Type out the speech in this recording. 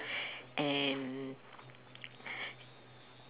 and